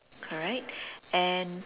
correct and